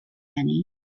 eni